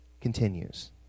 continues